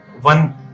one